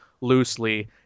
loosely